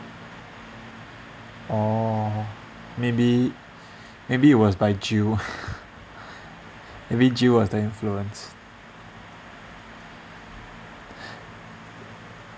oh maybe maybe it was by jill maybe jill was the influence